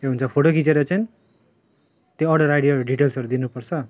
ए हुन्छ फोटो खिँचेर चाहिँ त्यो अर्डर आइडीहरू डिटेल्सहरू दिनुपर्छ